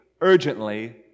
urgently